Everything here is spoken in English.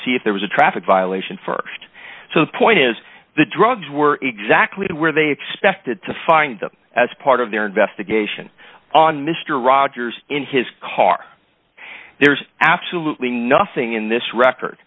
see if there was a traffic violation st so the point is the drugs were exactly where they expected to find them as part of their investigation on mr rogers in his car there's absolutely nothing in this record